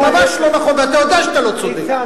זה ממש לא נכון, ואתה יודע שאתה לא צודק.